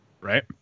Right